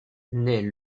naît